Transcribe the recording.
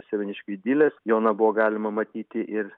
semeniškių idilės joną buvo galima matyti ir